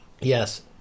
Yes